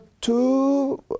two